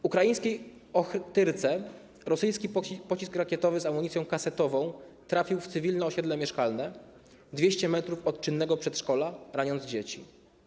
W ukraińskiej Ochtyrce rosyjski pocisk rakietowy z amunicją kasetową trafił w cywilne osiedle mieszkalne, 200 m od czynnego przedszkola, raniąc dzieci.